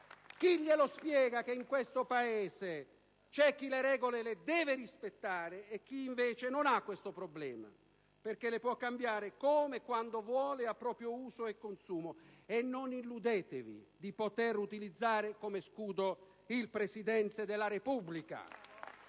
Chi glielo spiega che in questo Paese c'è chi le regole le deve rispettare e chi invece non ha questo problema, perché le può cambiare come e quando vuole, a proprio uso e consumo? Non illudetevi di poter utilizzare come scudo il Presidente della Repubblica.